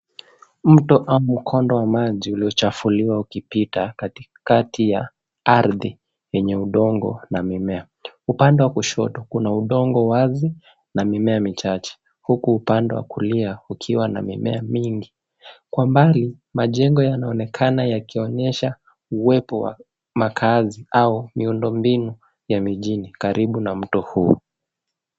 Mto au mkondo wa maji ulichafuliwa ukipita katikati ya ardhi yenye udongo na mimea. Upande wa kushoto kuna udongo wazi na mimea michache huku upande wa kulia ukiwa na mimea mingi. Kwa mbali majengo yanaonekana yakionyesha uwepo wa makaazi au miundombinu ya mijini karibu mto huo.